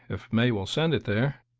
if may will send it there.